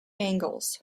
angles